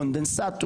קונדנסט,